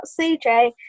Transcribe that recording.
CJ